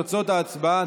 תוצאות ההצבעה,